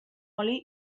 oli